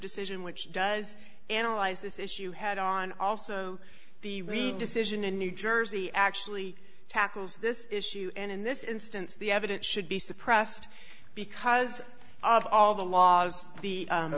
decision which does analyze this issue head on also the decision in new jersey actually tackles this issue and in this instance the evidence should be suppressed because of all the laws th